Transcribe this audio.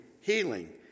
healing